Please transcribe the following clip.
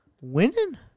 winning